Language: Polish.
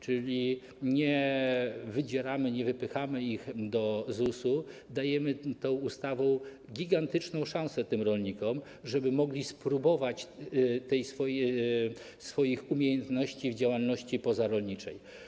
Czyli nie wydzieramy, nie wypychamy ich do ZUS-u, dajemy tą ustawą gigantyczną szansę rolnikom, żeby mogli spróbować swoich umiejętności w działalności pozarolniczej.